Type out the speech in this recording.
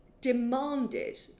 demanded